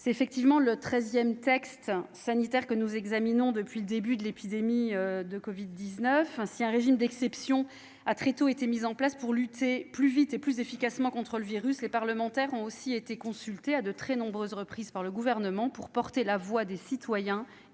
C'est le treizième texte sanitaire que nous examinons depuis le début de l'épidémie de covid-19. Si un régime d'exception a très tôt été mis en place pour lutter plus vite et plus efficacement contre le virus, les parlementaires ont aussi été consultés à de très nombreuses reprises par le Gouvernement pour porter la voix des citoyens